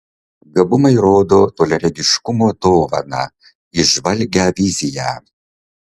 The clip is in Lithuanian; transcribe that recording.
gabumai rodo toliaregiškumo dovaną įžvalgią viziją